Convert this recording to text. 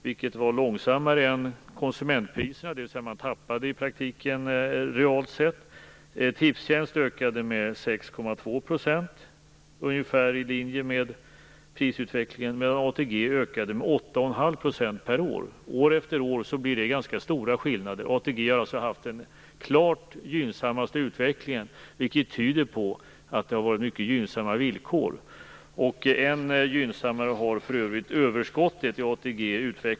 Det var långsammare än konsumentpriserna, och man tappade i praktiken realt sett. Tipstjänst ökade med ATG ökade med 8 1⁄2 % per år. ATG har alltså haft den klart gynnsammaste utvecklingen, vilket tyder på att det har varit mycket gynnsamma villkor.